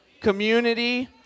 community